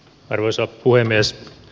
arvoisa puhemies